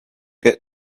get